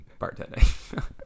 Bartending